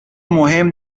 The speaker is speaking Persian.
مهم